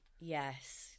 Yes